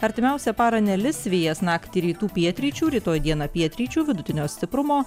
artimiausią parą nelis vėjas naktį rytų pietryčių rytoj dieną pietryčių vidutinio stiprumo